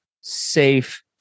safe